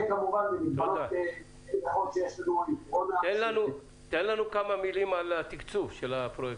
וכמובן במגבלות שיש לנו -- תן לנו כמה מילים על התקצוב של הפרויקטים.